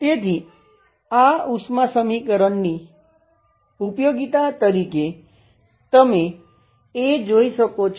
તેથી આ ઉષ્મા સમીકરણની ઉપયોગિતા નું તાપમાન શોધી શકો છો